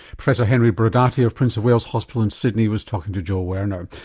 professor henry brodaty of prince of wales hospital in sydney was talking to joel werner.